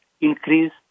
increase